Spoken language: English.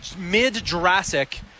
Mid-Jurassic